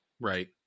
Right